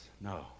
No